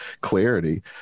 clarity